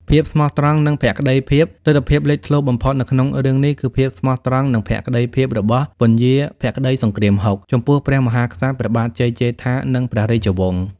ភាពស្មោះត្រង់ និងភក្តីភាពៈ ទិដ្ឋភាពលេចធ្លោបំផុតនៅក្នុងរឿងនេះ គឺភាពស្មោះត្រង់និងភក្តីភាពរបស់ ពញាភក្តីសង្គ្រាមហុក ចំពោះព្រះមហាក្សត្រ ព្រះបាទជ័យជេដ្ឋា និងព្រះរាជវង្ស។